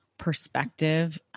perspective